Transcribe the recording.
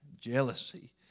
jealousy